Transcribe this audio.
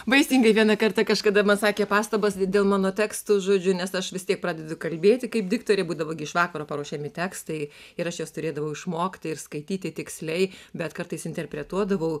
baisingai vieną kartą kažkada man sakė pastabas dėl mano tekstų žodžiu nes aš vis tiek pradedu kalbėti kaip diktorė būdavo gi iš vakaro paruošiami tekstai ir aš juos turėdavau išmokti ir skaityti tiksliai bet kartais interpretuodavau